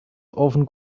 often